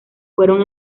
fueron